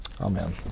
Amen